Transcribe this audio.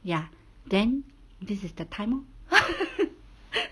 ya then this is the time lor